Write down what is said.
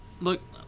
Look